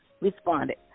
responded